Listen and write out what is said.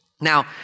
Now